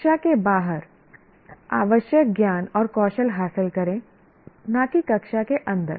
कक्षा के बाहर आवश्यक ज्ञान और कौशल हासिल करें न कि कक्षा के अंदर